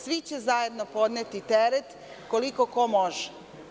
Svi će zajedno podneti teret, koliko ko može.